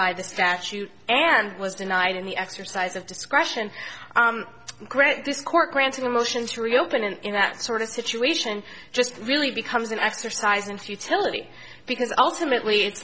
by the statute and was denied in the exercise of discretion grant this court granted a motion to reopen and in that sort of situation just really becomes an exercise in futility because ultimately it's